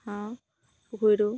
হাঁহ পুখুৰীতো